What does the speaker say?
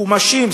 חומשים,